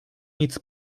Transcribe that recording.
nic